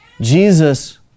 Jesus